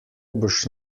boš